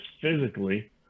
physically